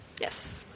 Yes